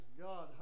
god